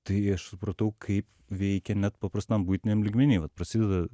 tai aš supratau kaip veikia net paprastam buitiniam lygmeny vat prasideda